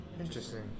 Interesting